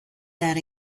that